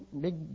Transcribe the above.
big